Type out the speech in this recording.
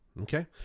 Okay